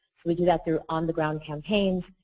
we do that through on the ground campaigns,